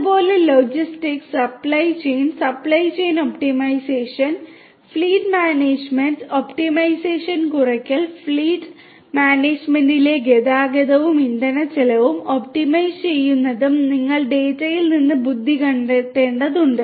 അതുപോലെ logistics fleet മാനേജ്മെന്റിലെ ഗതാഗതവും ഇന്ധനച്ചെലവും ഒപ്റ്റിമൈസ് ചെയ്യുന്നതിനും നിങ്ങൾ ഡാറ്റയിൽ നിന്ന് ബുദ്ധി കണ്ടെത്തേണ്ടതുണ്ട്